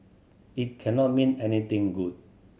it cannot mean anything good